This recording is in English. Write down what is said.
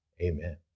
Amen